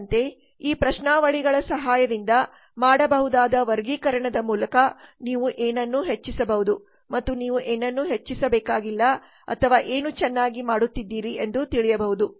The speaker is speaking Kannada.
ಅದರಂತೆ ಈ ಪ್ರಶ್ನಾವಳಿಗಳ ಸಹಾಯದಿಂದ ಮಾಡಬಹುದಾದ ವರ್ಗಿಕರಣದ ಮೂಲಕ ನೀವು ಏನನ್ನು ಹೆಚ್ಚಿಸಬೇಕು ಮತ್ತು ನೀವು ಏನನ್ನು ಹೆಚ್ಚಿಸಬೇಕಾಗಿಲ್ಲ ಅಥವಾ ಏನು ಚೆನ್ನಾಗಿ ಮಾಡುತ್ತಿದ್ದೀರಿ ಎಂದು ತಿಳಿಯಬಹುದು